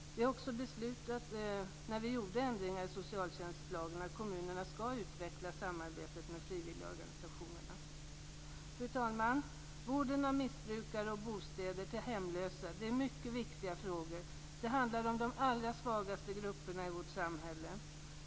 När vi gjorde ändringar i socialtjänstlagen beslutade vi också att kommunerna skall utveckla samarbetet med frivilligorganisationerna. Fru talman! Vården av missbrukare och bostäder till hemlösa är mycket viktiga frågor. Det handlar om de allra svagaste grupperna i vårt samhälle.